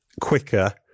quicker